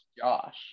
Josh